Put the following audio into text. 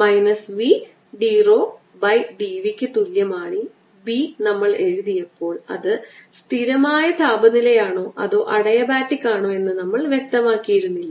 minus v d p by d v ക്ക് തുല്യമായി B നമ്മൾ എഴുതിയപ്പോൾ അത് സ്ഥിരമായ താപനിലയാണോ അതോ അഡിയാബാറ്റിക് ആണോ എന്ന് നമ്മൾ വ്യക്തമാക്കിയില്ല